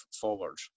forward